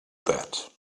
that